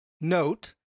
note